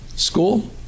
School